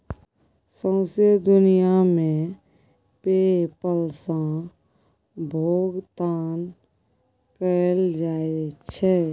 सौंसे दुनियाँ मे पे पल सँ भोगतान कएल जाइ छै